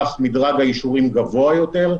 כך מדרג האישורים גבוה יותר,